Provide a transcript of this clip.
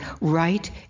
Right